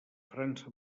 frança